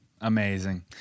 amazing